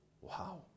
Wow